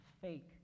fake